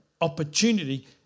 opportunity